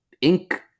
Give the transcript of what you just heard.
ink